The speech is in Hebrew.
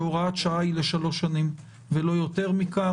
שהוראת שעה היא לשלוש שנים ולא יותר מכך.